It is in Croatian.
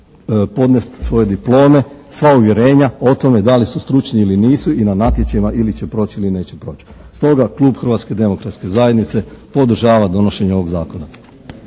podnest svoje diplome, sva uvjerenja o tome da li su stručni ili nisu i na natječajima ili će proći ili neće proći. Stoga klub Hrvatske demokratske zajednice podržava donošenje ovog Zakona.